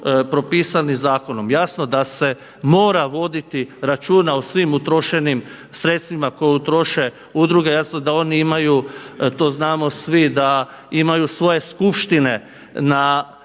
propisani zakonom. Jasno da se mora voditi računa o svim utrošenim sredstvima koje troše udruge, jasno da oni imaju, to znamo svi da imaju svoje skupštine na svaku